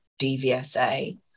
DVSA